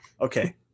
Okay